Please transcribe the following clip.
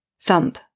Thump